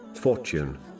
fortune